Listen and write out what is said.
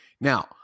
Now